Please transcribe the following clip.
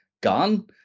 gone